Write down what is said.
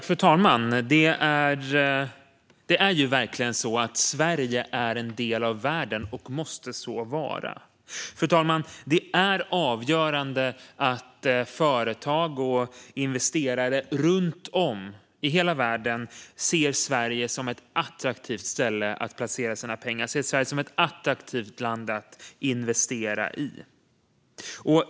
Fru talman! Det är verkligen så att Sverige är en del av världen - och måste så vara. Det är avgörande, fru talman, att företag och investerare runt om i hela världen ser Sverige som ett attraktivt ställe att placera sina pengar på och ett attraktivt land att investera i.